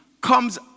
comes